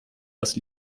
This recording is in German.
das